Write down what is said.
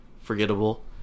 Forgettable